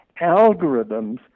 algorithms